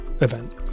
event